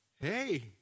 Hey